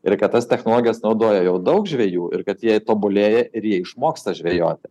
ir kad tas technologijas naudoja jau daug žvejų ir kad jei tobulėja ir jie išmoksta žvejoti